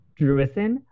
Drewison